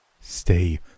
Stay